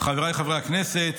חבריי חברי הכנסת,